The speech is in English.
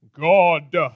God